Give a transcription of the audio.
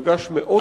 במפגש מאוד טעון,